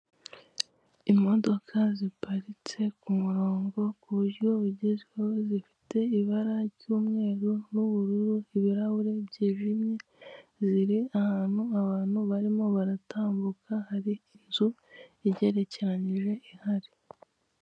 Imodoka ziparitse ku murongo mu buryo bugezweho zifite ibara ry'umweru n'ubururu, ibirahure byijimye biri ahantu abantu barimo baratambuka hari inzu igerekeranyije ihari.